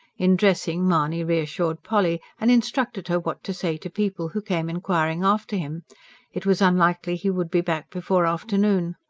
in dressing, mahony reassured polly, and instructed her what to say to people who came inquiring after him it was unlikely he would be back before afternoon.